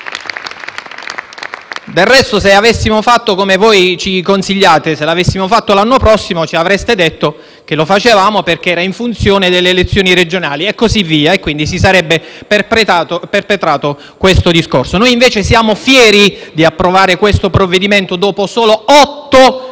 Del resto, se lo avessimo fatto, come voi ci consigliate, l'anno prossimo, ci avreste detto che lo facevamo perché era in funzione delle elezioni regionali e così via, e quindi si sarebbe perpetuato questo discorso. Noi invece siamo fieri di approvare questo provvedimento dopo solo otto mesi